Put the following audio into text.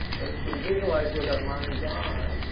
but if we visualize with our mind's eye,